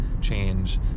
change